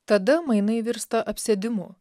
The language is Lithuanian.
tada mainai virsta apsėdimu